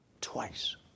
twice